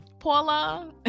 Paula